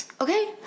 okay